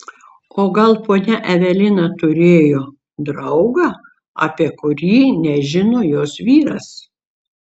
o gal ponia evelina turėjo draugą apie kurį nežino jos vyras